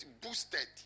boosted